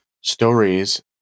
stories